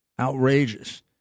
Outrageous